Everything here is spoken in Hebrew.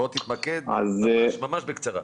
תתמקד, ממש בקצרה.